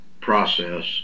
process